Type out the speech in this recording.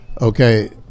Okay